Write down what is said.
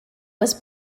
was